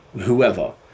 whoever